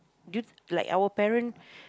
d~ like our parent